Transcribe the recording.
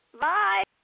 Bye